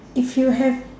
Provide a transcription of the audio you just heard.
if you have